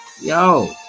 yo